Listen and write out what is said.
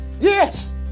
yes